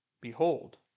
Behold